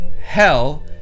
hell